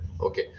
Okay